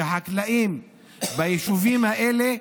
החקלאים ביישובים האלה,